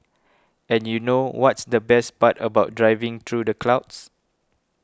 and you know what's the best part about driving through the clouds